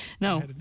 No